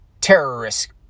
terrorist